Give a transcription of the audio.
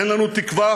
אין לנו תקווה?